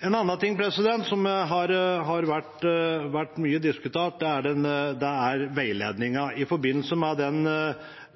En annen ting som har vært mye diskutert, er veiledningen i forbindelse